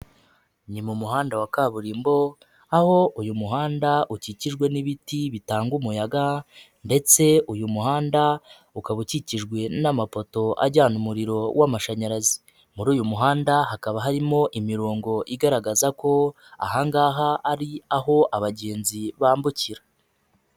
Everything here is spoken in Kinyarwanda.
Ni mu muhanda wa kaburimbo aho uyu muhanda ukikijwe n'ibiti bitanga umuyaga ndetse uyu muhanda ukaba ukikijwe n'amapoto ajyana umuriro w'amashanyarazi. Muri uyu muhanda hakaba harimo imirongo igaragaza ko aha ngaha ari aho abagenzi bambukira.